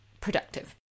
productive